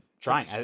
trying